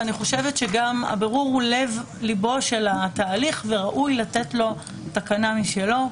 אני חושבת שגם הבירור הוא לב ליבו של התהליך וראוי לתת לו תקנה משלו.